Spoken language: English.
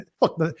Look